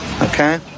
Okay